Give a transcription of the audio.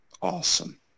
Awesome